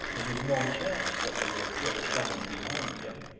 there is no chance that they will kill some one behind him.